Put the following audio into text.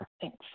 Thanks